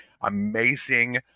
amazing